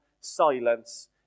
silence